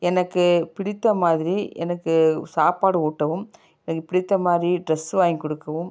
எனக்கு பிடித்த மாதிரி எனக்கு சாப்பாடு ஊட்டவும் எனக்கு பிடித்த மாதிரி ட்ரெஸ் வாங்கி கொடுக்கவும்